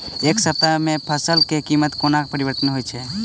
एक सप्ताह मे फसल केँ कीमत कोना परिवर्तन होइ छै?